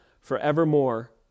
forevermore